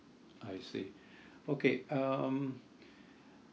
I see okay um